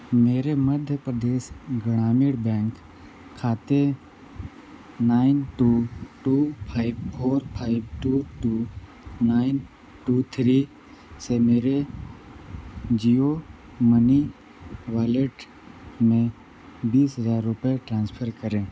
मेरे मध्य प्रदेश ग्रामीण बैंक खाते nine two two five four five two two nine two three से मेरे जियो मनी वॉलेट में बीस हजार रुपये ट्रांसफ़र करें